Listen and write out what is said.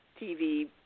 TV